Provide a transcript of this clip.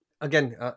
again